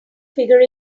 figure